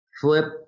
flip